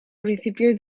principios